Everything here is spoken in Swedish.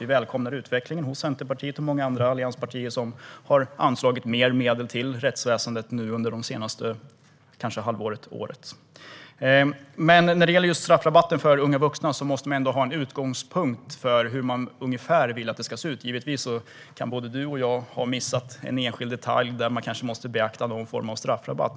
Vi välkomnar utvecklingen hos Centerpartiet och många andra allianspartier som har anslagit mer medel till rättsväsendet under det senaste halvåret eller året. När det gäller just straffrabatten för unga vuxna måste man ändå ha en utgångspunkt för ungefär hur man vill att det ska se ut. Givetvis kan både du och jag ha missat en enskild detalj där man kanske måste beakta någon form av straffrabatt.